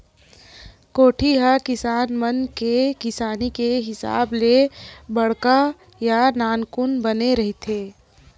कोठी ह किसान मन के किसानी के हिसाब ले बड़का या नानकुन बने रहिथे